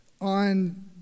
on